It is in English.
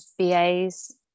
VAs